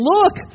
Look